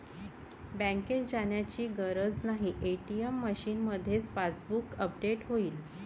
बँकेत जाण्याची गरज नाही, ए.टी.एम मशीनमध्येच पासबुक अपडेट होईल